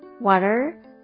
water